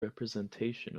representation